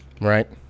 Right